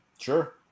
Sure